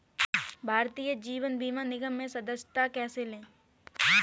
भारतीय जीवन बीमा निगम में सदस्यता कैसे लें?